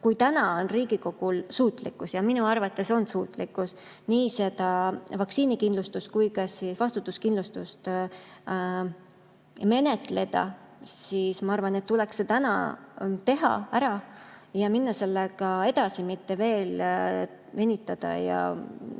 kui Riigikogul on suutlikkus – ja minu arvates on suutlikkus – nii seda vaktsiinikindlustust kui ka vastutuskindlustust menetleda, siis ma arvan, et see tuleks täna teha ära ja minna sellega edasi, mitte veel venitada